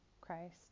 Christ